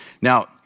Now